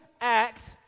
act